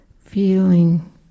feeling